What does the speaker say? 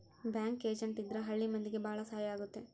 bank agent ಇದ್ರ ಹಳ್ಳಿ ಮಂದಿಗೆ ಭಾಳ ಸಹಾಯ ಆಗುತ್ತೆ